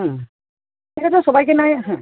হুম এটা তো সবাইকে নয় হুম